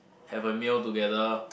have a meal together